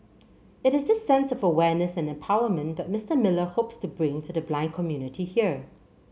it is this sense of awareness and empowerment that Mister Miller hopes to bring to the blind community here